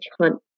hunt